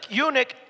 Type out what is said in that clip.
eunuch